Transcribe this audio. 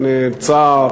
שנאלצה,